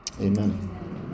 Amen